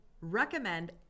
recommend